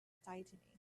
tightening